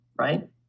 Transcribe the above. right